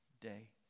day